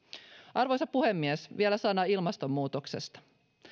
arvoisa puhemies vielä sana ilmastonmuutoksesta